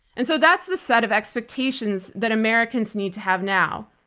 and so that's the set of expectations that americans need to have now.